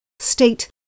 state